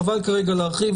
חבל כרגע להרחיב.